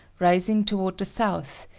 rising toward the south,